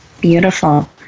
Beautiful